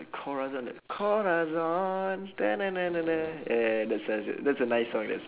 corazon uh corazon ya ya that's that's it that's a nice song that's